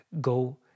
go